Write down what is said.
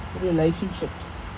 relationships